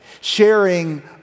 sharing